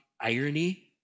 irony